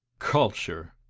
culture!